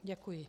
Děkuji.